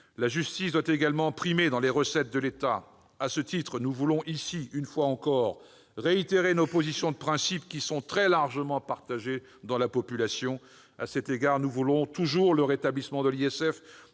La justice doit également primer dans les recettes de l'État. À ce titre, nous voulons, une fois encore, réitérer nos positions de principe, qui sont très largement partagées dans la population. Ainsi, nous voulons le rétablissement de l'impôt